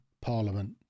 Parliament